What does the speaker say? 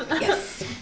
Yes